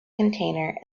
container